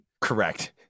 Correct